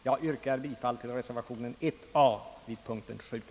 Jag yrkar bifall till reservation a vid punkten 7.